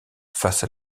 face